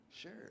Sure